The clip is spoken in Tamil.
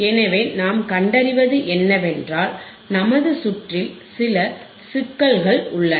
எனவே நாம் கண்டறிவது என்னவென்றால் நமது சுற்றில் சில சிக்கல்கள் உள்ளன